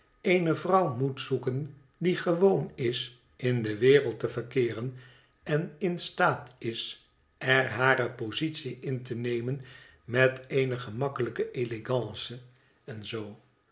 eene vrouw moet zoeken die gewoon is in de wereld te verkeeren en in staat is er hare positie in te nemen met eene gemakkelijke elegance en zoo